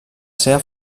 seva